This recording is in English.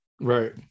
Right